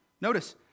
notice